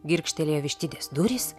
girgžtelėjo vištidės durys